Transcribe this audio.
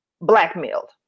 blackmailed